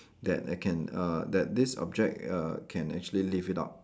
that I can uh that this object uh can actually lift it up